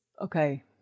Okay